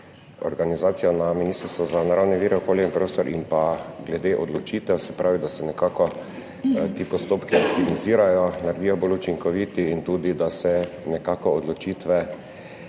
organizacija na Ministrstvu za naravne vire, okolje in prostor in pa glede odločitev, se pravi, da se nekako ti postopki optimizirajo, naredijo bolj učinkoviti in tudi, da se nekako odločitve